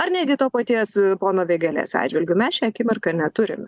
ar netgi to paties pono vėgėlės atžvilgiu mes šią akimirką neturime